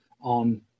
on